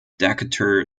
decatur